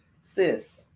Sis